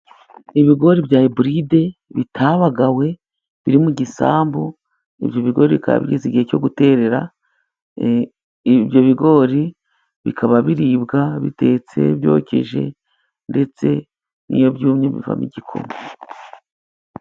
Ibigori bya iburide bitabagawe biri mu gisambu, ibyo bigori bikaba bigeze igihe cyo guterera. Ibyo bigori bikaba biribwa bitetse, byokeje, ndetse n'iyo byumye bivamo igikoma.